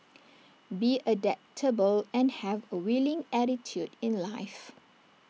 be adaptable and have A willing attitude in life